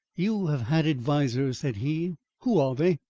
you have had advisers, said he. who are they?